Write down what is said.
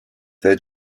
their